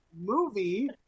movie